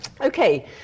Okay